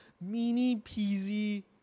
mini-peasy